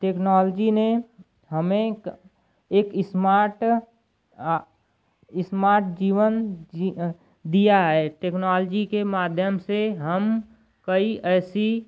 technology ने हमें एक स्मार्ट अ स्मार्ट जीवन जी दिया है टेक्नॉलजी के माध्यम से हम कई ऐसी